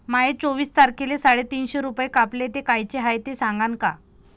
माये चोवीस तारखेले साडेतीनशे रूपे कापले, ते कायचे हाय ते सांगान का?